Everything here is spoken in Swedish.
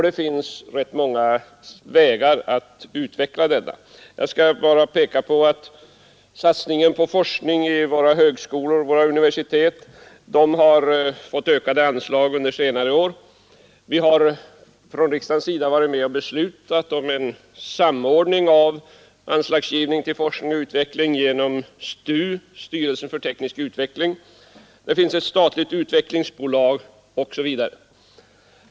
Det finns t många vägar att gå i detta utvecklingsarbete. Jag skall bara peka på att forskningen vid våra högskolor och universitet har fått ökade har i riksdagen beslutat om en anslag under senare år. Vi samordning av anslagsgivningen till forskning och utveckling genom STU, styrelsen för teknisk utveckling. Det finns ett statligt utvecklingsbolag, osv.